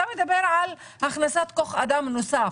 אתה מדבר על הכנסת כוח אדם נוסף.